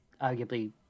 arguably